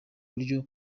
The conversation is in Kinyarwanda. buryo